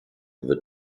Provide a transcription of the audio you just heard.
wird